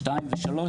שתיים ושלוש,